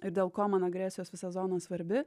ir dėl ko man agresijos visa zona svarbi